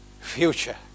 future